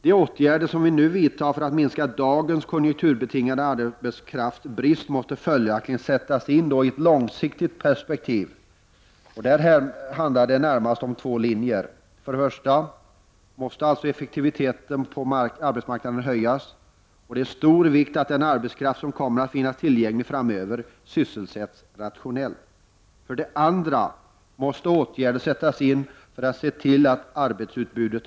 De åtgärder som vi nu vidtar för att minska dagens konjunkturbetingade arbetskraftsbrist måste följaktligen ses i det långa perspektivet. Det handlar närmast om två linjer: För det första måste effektiviteten på arbetsmarknaden höjas. Det är av stor vikt att den arbetskraft som kommer att finnas tillgänglig framöver också sysselsätts rationellt. För det andra måste åtgärder vidtas i syfte att öka arbetskraftsutbudet.